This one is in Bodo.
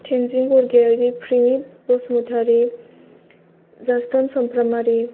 टेनजिं बरगयारि प्रेमि बसुमतारी जसथन सामफ्रामहारि